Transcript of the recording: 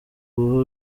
guha